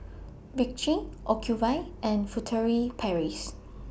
Vichy Ocuvite and Furtere Paris